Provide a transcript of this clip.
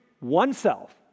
oneself